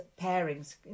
pairings